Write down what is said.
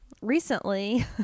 Recently